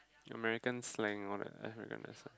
American slang or the I don't remember